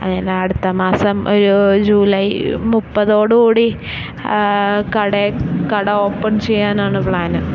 അങ്ങനെ അടുത്ത മാസം ഒരു ജൂലൈ മുപ്പതോടു കൂടി കട ഓപ്പണ് ചെയ്യാനാണ് പ്ലാന്